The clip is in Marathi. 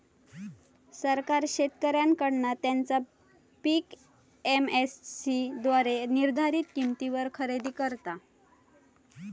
सरकार शेतकऱ्यांकडना त्यांचा पीक एम.एस.सी द्वारे निर्धारीत किंमतीवर खरेदी करता